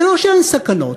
זה לא שאין סכנות.